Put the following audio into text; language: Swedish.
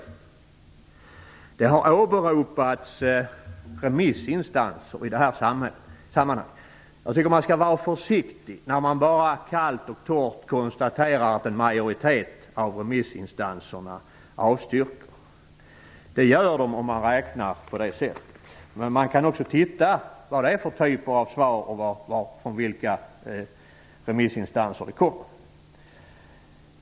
Remissinstanser har åberopats i det här sammanhanget. Jag tycker att man skall vara försiktig när man bara kallt och torrt konstaterar att en majoritet av remissinstanserna avstyrker. Det gör de om man räknar på det sättet. Men man kan också se efter vilka typer av svar det är och från vilka remissinstanser svaren kommer.